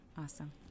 Awesome